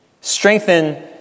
Strengthen